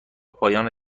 پایان